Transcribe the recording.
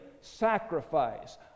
sacrifice